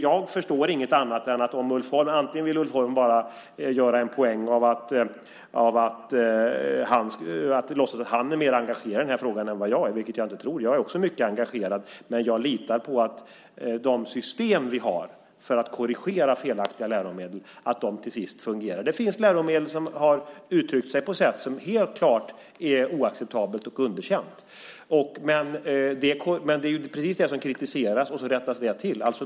Jag förstår inget annat än att Ulf Holm bara vill göra en poäng av att låtsas att han är mer engagerad i den här frågan än vad jag är, vilket jag inte tror. Jag är också mycket engagerad. Men jag litar på att de system vi har för att korrigera felaktiga läromedel till sist fungerar. Det finns läromedel där man har uttryckt sig på sätt som helt klart är oacceptabelt och underkänt. Det är precis det som kritiseras, och så rättas det till.